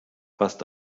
fast